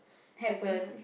heaven